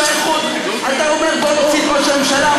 שלחו, אתה אומר: בוא נוציא את ראש הממשלה.